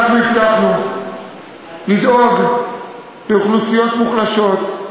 אנחנו הבטחנו לדאוג לאוכלוסיות מוחלשות,